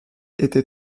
était